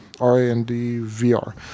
R-A-N-D-V-R